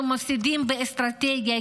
אנחנו מפסידים באסטרטגיה,